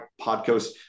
podcast